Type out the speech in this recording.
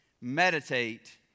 meditate